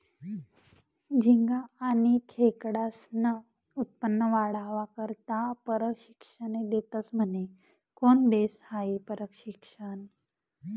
झिंगा आनी खेकडास्नं उत्पन्न वाढावा करता परशिक्षने देतस म्हने? कोन देस हायी परशिक्षन?